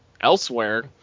elsewhere